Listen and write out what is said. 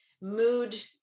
mood